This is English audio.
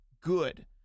good